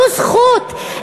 זו זכות,